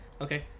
Okay